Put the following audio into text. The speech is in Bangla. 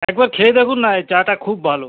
একবার খেয়ে দেখুন না এ চাটা খুব ভালো